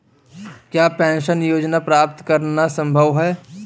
क्या पेंशन योजना प्राप्त करना संभव है?